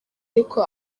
ariko